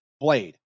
blade